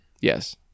Yes